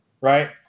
right